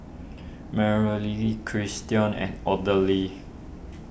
Marley Christion and Odile